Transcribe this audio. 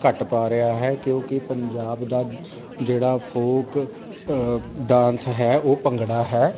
ਘੱਟ ਪਾ ਰਿਹਾ ਹੈ ਕਿਉਂਕਿ ਪੰਜਾਬ ਦਾ ਜਿਹੜਾ ਫੋਕ ਡਾਂਸ ਹੈ ਉਹ ਭੰਗੜਾ ਹੈ